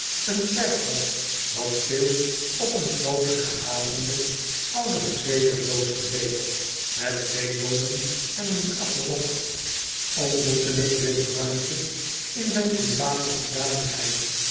een kerkhof dat veel op een groote gehavende oude reseda doos geleek met twee boomen en een graf er op ontmoette ik wit bruintje in zijn private hoedanigheid